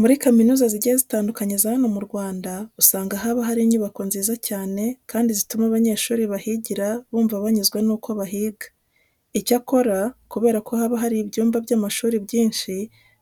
Muri kaminuza zigiye zitandukanye za hano mu Rwanda usanga haba hari inyubako nziza cyane kandi zituma abanyeshuri bahigira bumva banyuzwe nuko bahiga. Icyakora kubera ko haba hari ibyumba by'amashuri byinshi